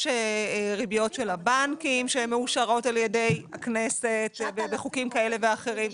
יש ריביות של הבנקים שהן מאושרות על ידי הכנסת בחוקים כאלה ואחרים.